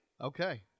Okay